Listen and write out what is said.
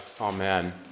Amen